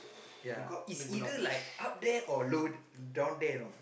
ya it's either like up there or low down there you know